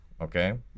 okay